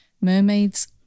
mermaids